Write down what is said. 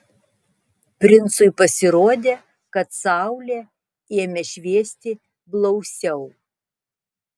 princui pasirodė kad saulė ėmė šviesti blausiau